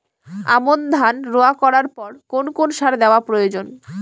আমন ধান রোয়া করার পর কোন কোন সার দেওয়া প্রয়োজন?